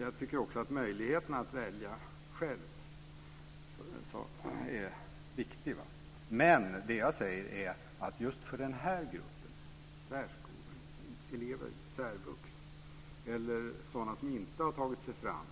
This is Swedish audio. Jag tycker också att möjligheten att välja själv är viktig. Det jag säger är att just för den här gruppen - elever i särvux eller sådana som inte har tagit sig fram